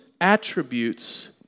attributes